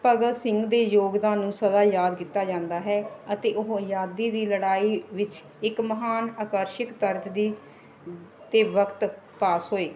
ਭਗਤ ਸਿੰਘ ਦੇ ਯੋਗਦਾਨ ਨੂੰ ਸਦਾ ਯਾਦ ਕੀਤਾ ਜਾਂਦਾ ਹੈ ਅਤੇ ਉਹ ਆਜ਼ਾਦੀ ਦੀ ਲੜਾਈ ਵਿੱਚ ਇੱਕ ਮਹਾਨ ਆਕਰਸ਼ਕ ਤਰਜ ਦੀ ਅਤੇ ਵਕਤ ਪਾਸ ਹੋਏ